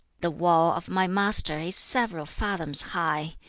the wall of my master is several fathoms high.